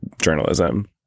journalism